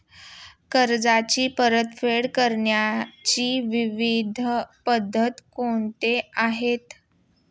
कर्जाची परतफेड करण्याच्या विविध पद्धती कोणत्या आहेत?